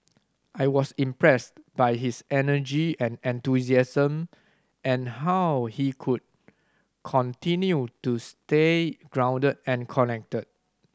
I was impressed by his energy and enthusiasm and how he could continued to stay grounded and connected